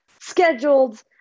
scheduled